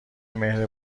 مهر